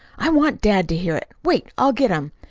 i want dad to hear it. wait, i'll get him.